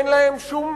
אין להם שום